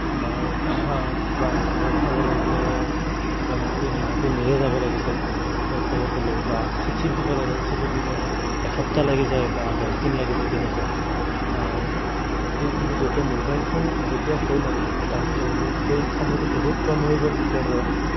আমাৰ কিবা খবৰ পঠাব লাগিলে মানে সেই মানুহটো নিজে যাব লাগিছিল সেই খবৰটো লৈ বা চিঠিত দিব লাগে চিঠিত দিলে এসপ্তাহ লাগি যায় বা দহদিন লাগি যায় তেনেকুৱা কি কিন্তু যেতিয়া মোবাইল ফোন যেতিয়া হ'ল আৰু তাৰ পিছতে বহুত সেই সময়টো বহুত কম হৈ গ'ল তেতিয়াৰ পৰা